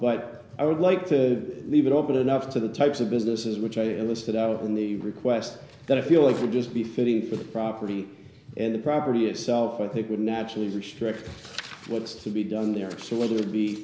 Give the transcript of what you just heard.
but i would like to leave it open enough to the types of businesses which i enlisted out on the request that i feel it would just be fitting for the property and the property itself i think would naturally restrict what's to be done there so whether it be